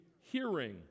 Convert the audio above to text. hearing